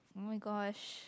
oh my gosh